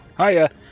Hiya